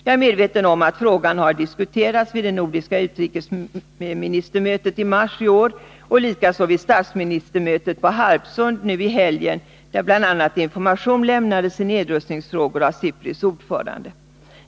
Jag är medveten om att frågan har diskuterats vid det nordiska utrikesministermötet i mars i år och likaså vid statsministermötet på Harpsund nu i helgen, där det bl.a. lämnades information i nedrustningsfrågor av SIPRI:s ordförande.